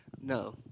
No